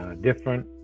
different